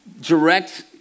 direct